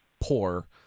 poor